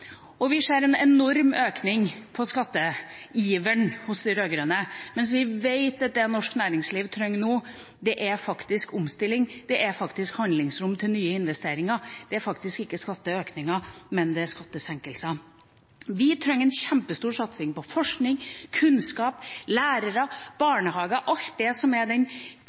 Og vi ser en enorm økning i skatteiveren hos de rød-grønne, mens vi vet at det norsk næringsliv trenger nå, faktisk er omstilling og handlingsrom for nye investeringer. Det er faktisk ikke skatteøkninger, men skattesenkning. Vi trenger en kjempestor satsing på forskning, kunnskap, lærere og barnehager – alt det som utgjør den